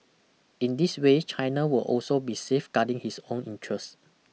in this way China will also be safeguarding his own interests